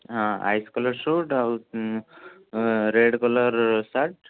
ହଁ ice colour suit ଆଉ red colour shirt